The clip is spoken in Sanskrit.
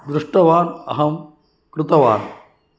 दृष्टवान् अहं कृतवान्